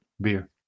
beer